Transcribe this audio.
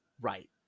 right